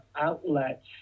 outlets